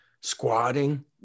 squatting